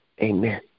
Amen